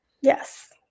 Yes